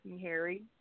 Harry